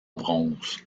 bronze